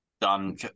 done